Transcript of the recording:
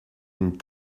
une